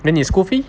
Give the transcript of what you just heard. then 你 school fee